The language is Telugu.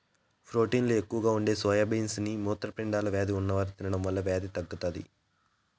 ప్రోటీన్లు ఎక్కువగా ఉండే సోయా బీన్స్ ని మూత్రపిండాల వ్యాధి ఉన్నవారు తినడం వల్ల వ్యాధి తగ్గుతాది